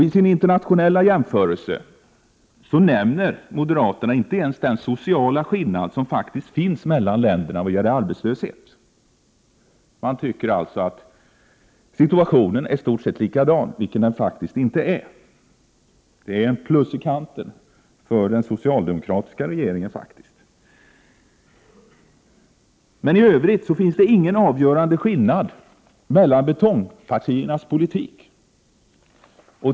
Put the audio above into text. I sin internationella jämförelse nämner moderaterna inte ens den sociala skillnad som faktiskt finns mellan länderna vad gäller arbetslöshet. Man tycker alltså att situationen är i stort sett likadan, vilket den faktiskt inte är. Det är ett plus i kanten för den socialdemokratiska regeringen. Men i övrigt finns det ingen avgörande skillnad mellan betongpartiernas politik.